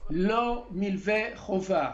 לא לעשות מלווה חובה.